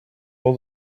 all